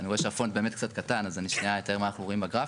אני אתאר מה אנחנו רואים בגרף.